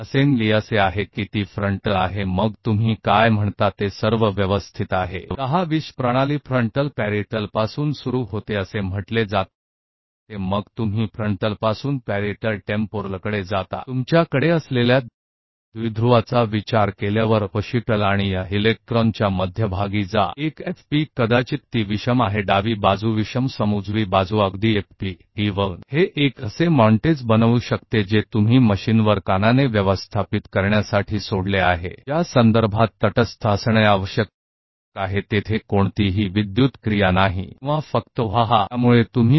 assemble इस तरह होता है कि यह FRONTAL है फिर ये सभी व्यवस्थित होते हैं जिसे आप कहते हैं 10 20 सिस्टम फ्रंट पैराइटल से शुरू होती है फिर आप फ्रंटल से पैराइटल टेंपोरल ऑक्सीपिटल के मध्य में जाते हैं और इस इलेक्ट्रो के बीच एक बार जब आप द्विध्रुवीय सोचते हैं तो आपके पास एक FP हो सकता है यह अजीब है यहां तक अजीब लगता है बाईं ओर अजीब है यहां तक कि दाईं ओर एफपी एक टी एक यह एक असेंबल बना सकता है जिसे आपने मशीन पर प्रबंधित करने के लिए छोड़ दिया है या तो कान के संदर्भ में जो माना जाता है कि तटस्थ है वहां विद्युत गतिविधि नहीं है या आप बस बहुत सारे हो सकते हैं